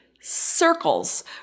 circles